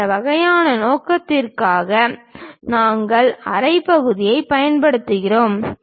அந்த வகையான நோக்கத்திற்காக நாங்கள் அரை பகுதியைப் பயன்படுத்துகிறோம்